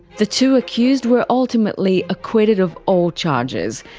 the two accused were ultimately acquitted of all charges.